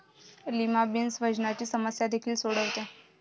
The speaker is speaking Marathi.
लिमा बीन्स वजनाची समस्या देखील सोडवते